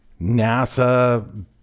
NASA